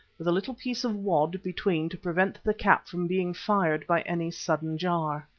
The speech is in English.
with a little piece of wad between to prevent the cap from being fired by any sudden jar.